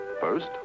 First